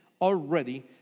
already